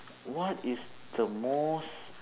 what is the most